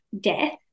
death